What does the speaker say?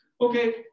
Okay